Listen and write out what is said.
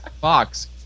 Fox